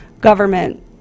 government